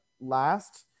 last